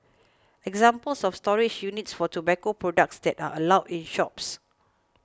examples of storage units for tobacco products that are allowed in shops